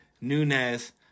Nunez